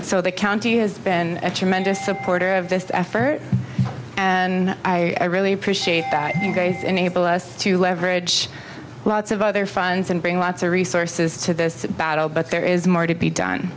so the county has been a tremendous supporter of this effort and i really appreciate that enable us to leverage lots of other funds and bring lots of resources to this battle but there is more to be done